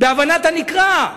בהבנת הנקרא.